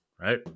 right